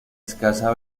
escasa